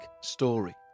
story